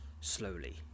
Slowly